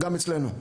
וגם אצלנו.